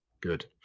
good